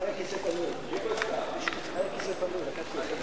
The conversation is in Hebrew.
חברי חברי הכנסת,